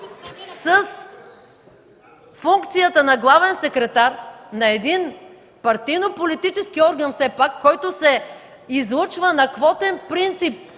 С функцията на главен секретар на един партийно-политически орган все пак, който се излъчва на квотен принцип